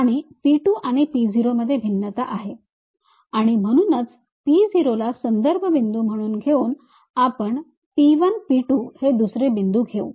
आणि P २ आणि P 0 मध्ये भिन्नता आहे आणि म्हणूनच P 0 ला संदर्भ बिंदू म्हणून घेऊन आपण P 1 P 2 हे दुसरे बिंदू घेऊ